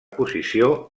posició